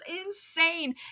insane